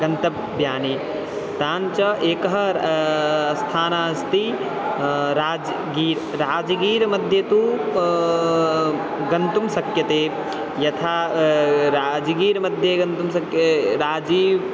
गन्तव्यानि तानि च एकः स्थानम् अस्ति राज्गीर् राजगीरमध्ये तु गन्तुं शक्यते यथा राजगीर् मध्ये गन्तुं सक् राजीव्